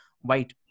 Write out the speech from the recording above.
white